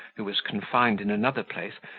who was confined in another place,